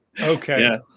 Okay